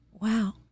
Wow